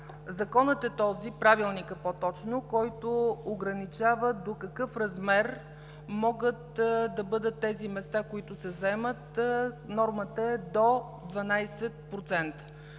Законът е този, Правилникът по-точно, който ограничава до какъв размер могат да бъдат тези места, които се заемат. Нормата е до 12%.